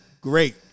great